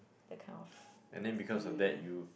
the kind of feeling